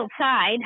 outside